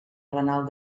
renal